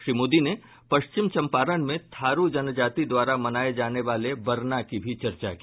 श्री मोदी ने पश्चिम चंपारण में थारू जनजाति द्वारा मनाये जाने वाले बरना की भी चर्चा की